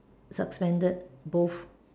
substandard both